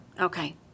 Okay